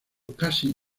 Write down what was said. casi